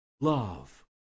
love